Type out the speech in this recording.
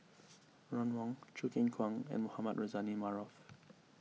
Ron Wong Choo Keng Kwang and Mohamed Rozani Maarof